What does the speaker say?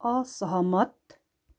असहमत